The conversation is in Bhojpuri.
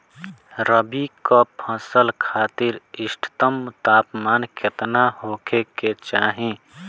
रबी क फसल खातिर इष्टतम तापमान केतना होखे के चाही?